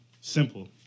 Simple